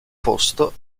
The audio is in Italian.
posto